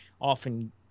often